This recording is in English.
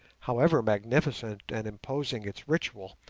however magnificent and imposing its ritual,